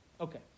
Okay